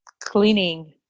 cleaning